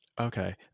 Okay